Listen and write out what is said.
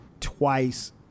twice